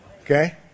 Okay